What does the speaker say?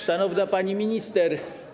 Szanowna Pani Minister!